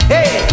Hey